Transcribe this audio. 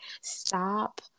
Stop